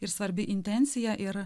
ir svarbi intencija ir